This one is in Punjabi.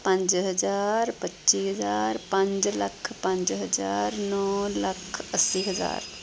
ਪੰਜ ਹਜ਼ਾਰ ਪੱਚੀ ਹਜ਼ਾਰ ਪੰਜ ਲੱਖ ਪੰਜ ਹਜ਼ਾਰ ਨੌਂ ਲੱਖ ਅੱਸੀ ਹਜ਼ਾਰ